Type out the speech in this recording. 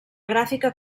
gràfica